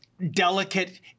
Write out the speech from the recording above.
delicate